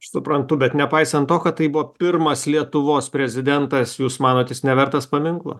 aš suprantu bet nepaisant to kad tai buvo pirmas lietuvos prezidentas jūs manot jis nevertas paminklo